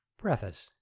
Preface